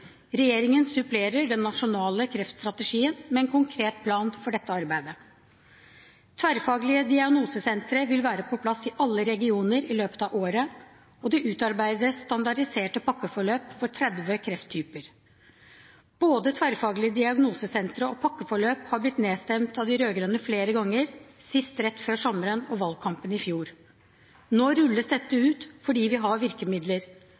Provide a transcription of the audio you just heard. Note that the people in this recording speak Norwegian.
Regjeringen supplerer den nasjonale kreftstrategien med en konkret plan for dette arbeidet. Tverrfaglige diagnosesentre vil være på plass i alle regioner i løpet av året, og det utarbeides standardiserte pakkeforløp for 30 krefttyper. Både tverrfaglige diagnosesentre og pakkeforløp har blitt nedstemt av de rød-grønne flere ganger, sist rett før sommeren og valgkampen i fjor. Nå rulles dette ut fordi vi har virkemidler,